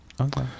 Okay